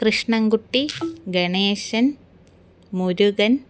Krishnankutty Ganesan Murugan